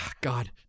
God